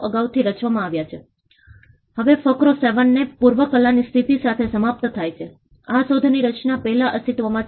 લોકોને driving seat પર લાવવા ખરેખર મહત્વનું છે આ પૂરું કર્યા પછીની ઉજવણીઓ અને ધારાવી સમુદાય દ્વારા પૂર હોનારત જોખમ સંચાલન માટેની એક્શન પ્લાન